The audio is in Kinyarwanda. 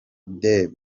dube